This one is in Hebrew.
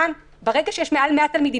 כרגע כאשר יש יותר מ-100 תלמידים,